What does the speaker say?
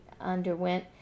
underwent